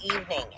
evening